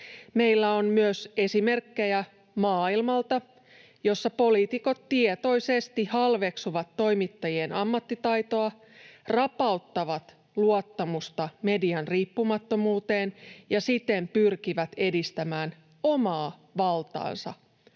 Meillä on myös esimerkkejä maailmalta, joissa poliitikot tietoisesti halveksuvat toimittajien ammattitaitoa, rapauttavat luottamusta median riippumattomuuteen ja siten pyrkivät edistämään omaa valtaansa,